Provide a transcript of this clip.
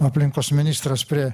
aplinkos ministras prie